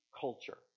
culture